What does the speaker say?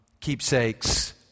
keepsakes